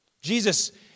Jesus